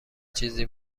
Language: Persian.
چیزی